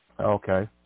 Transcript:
okay